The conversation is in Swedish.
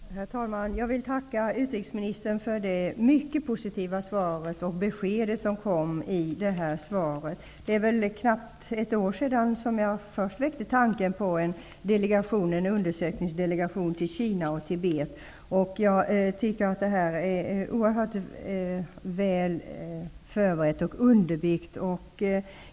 Herr talman! Jag vill tacka utrikesminstern för det mycket positiva svaret och för det besked som kom i svaret. Det är knappt ett år sedan som jag första gången väckte tanken på att en undersökningsdelegation skulle kunna sändas till Kina och Tibet. Det är oerhört väl förberett och underbyggt.